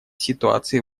ситуации